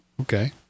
okay